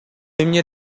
эмне